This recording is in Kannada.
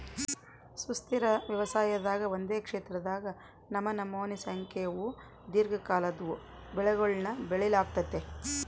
ಸುಸ್ಥಿರ ವ್ಯವಸಾಯದಾಗ ಒಂದೇ ಕ್ಷೇತ್ರದಾಗ ನಮನಮೋನಿ ಸಂಖ್ಯೇವು ದೀರ್ಘಕಾಲದ್ವು ಬೆಳೆಗುಳ್ನ ಬೆಳಿಲಾಗ್ತತೆ